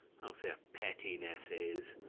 of their pettinesses,